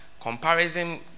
Comparison